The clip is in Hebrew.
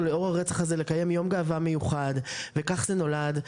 לאור הרצח הזה לקיים יום גאווה מיוחד וכך זה נולד.